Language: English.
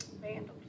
vandals